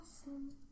awesome